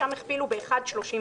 שם הכפילו ב-1.31,